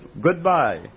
goodbye